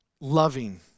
Loving